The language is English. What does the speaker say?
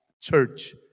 Church